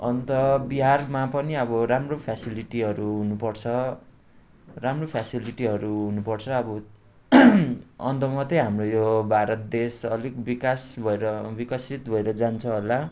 अन्त बिहारमा पनि अब राम्रो फेसिलिटीहरू हुनुपर्छ राम्रो फेसिलिटीहरू हुनुपर्छ अब अन्त मात्रै हाम्रो यो भारत देश अलिक विकास भएर विकसित भएर जान्छ होला